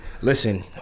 listen